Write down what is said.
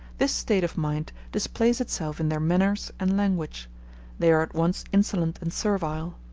this state of mind displays itself in their manners and language they are at once insolent and servile.